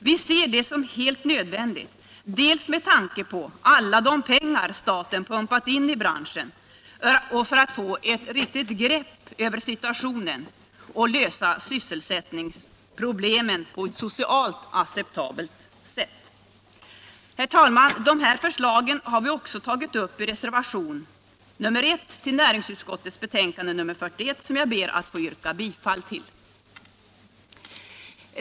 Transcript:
Vi ser det som helt nödvändigt bl.a. med tanke på alla de pengar som staten pumpat in i branschen för att få ett riktigt grepp på situationen och lösa sysselsättningsproblemen på ett socialt acceptabelt sätt. Herr talman! De här förslagen har vi också tagit upp i reservationen I till näringsutskottets betänkande nr 41 som jag ber att få yrka bifall till.